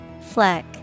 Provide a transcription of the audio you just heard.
Fleck